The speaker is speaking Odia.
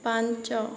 ପାଞ୍ଚ